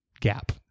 gap